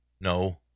No